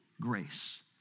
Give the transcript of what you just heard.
grace